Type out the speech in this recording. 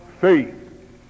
faith